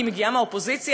כי היא מגיעה מהאופוזיציה?